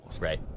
right